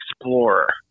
explorer